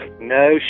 No